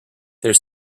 there